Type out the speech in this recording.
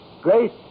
Great